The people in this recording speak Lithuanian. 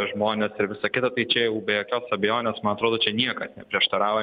žmones ir visa kita tai čia jau be jokios abejonės man atrodo čia niekas neprieštarauja